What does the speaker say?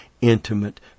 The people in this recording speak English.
intimate